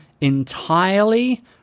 entirely